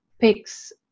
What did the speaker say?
picks